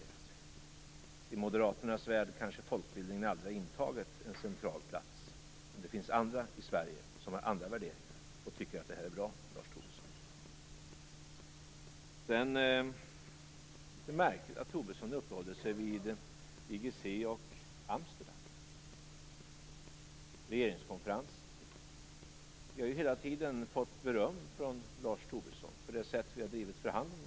Och i Moderaternas värld har folkbildningen kanske aldrig intagit en central plats. Men det finns andra i Sverige som har andra värderingar och som tycker att det här är bra, Lars Tobisson! Det är litet märkligt att Lars Tobisson uppehåller sig vid IGC och Amsterdam, dvs. regeringskonferensen. Vi har ju hela tiden fått beröm från Lars Tobisson för det sätt på vilket vi har drivit förhandlingen.